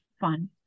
fun